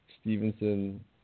Stevenson